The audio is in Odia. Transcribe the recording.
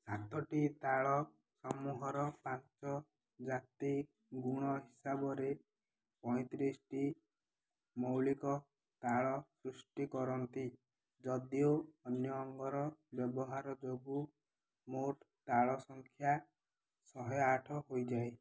ସାତଟି ତାଳସମୂହର ପାଞ୍ଚ ଜାତି ଗୁଣ ହିସାବରେ ପଇଁତିରିଶଟି ମୌଳିକ ତାଳ ସୃଷ୍ଟି କରନ୍ତି ଯଦିଓ ଅନ୍ୟ ଅଙ୍ଗର ବ୍ୟବହାର ଯୋଗୁଁ ମୋଟ ତାଳ ସଂଖ୍ୟା ଶହେ ଆଠ ହୋଇଯାଏ